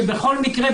שבכל מקרה,